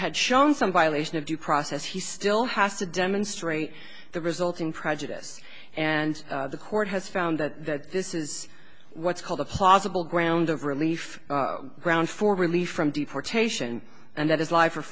had shown some violation of due process he still has to demonstrate the resulting prejudice and the court has found that this is what's called a possible ground of relief ground for relief from deportation and that is